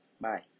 Bye